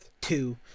Two